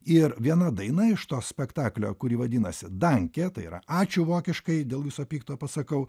ir viena daina iš to spektaklio kurį vadinasi danke tai yra ačiū vokiškai dėl viso pikto pasakau